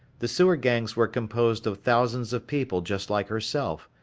the sewer gangs were composed of thousands of people just like herself,